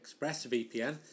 ExpressVPN